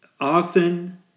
Often